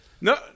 no